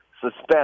suspend